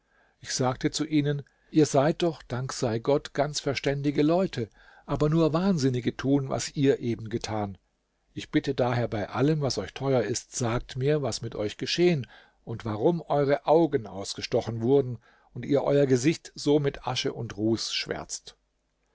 ich sagte zu ihnen ihr seid doch dank sei gott ganz verständige leute aber nur wahnsinnige tun was ihr eben getan ich bitte daher bei allem was euch teuer ist sagt mir was mit euch geschehen und warum eure augen ausgestochen wurden und ihr euer gesicht so mit asche und ruß schwärzt